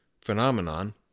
phenomenon